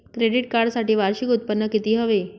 Credit कार्डसाठी वार्षिक उत्त्पन्न किती हवे?